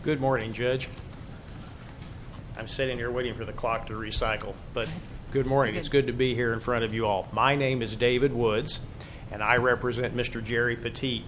good morning judge i'm sitting here waiting for the clock to recycle but good morning it's good to be here in front of you all my name is david woods and i represent mr jerry pret